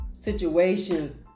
situations